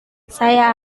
saya